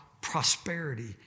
prosperity